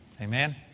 Amen